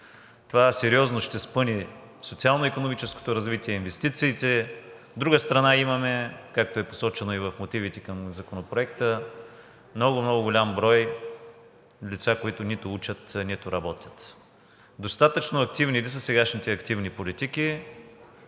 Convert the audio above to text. Това сериозно ще спъне социално-икономическото развитие, инвестициите. От друга страна, имаме, както е посочено и в мотивите към Законопроекта, много, много голям брой лица, които нито учат, нито работят. Достатъчно активни ли са сегашните активни политики?